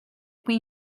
queen